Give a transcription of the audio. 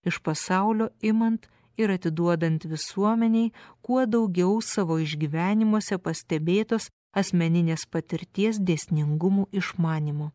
iš pasaulio imant ir atiduodant visuomenei kuo daugiau savo išgyvenimuose pastebėtos asmeninės patirties dėsningumų išmanymo